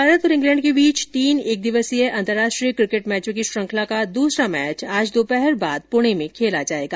भारत और इंग्लैंड के बीच तीन एक दिवसीय अन्तर्राष्ट्रीय क्रिकेट मैचों की श्रृंखला का दूसरा मैच आज दोपहर बाद पुणे में खेला जाएगा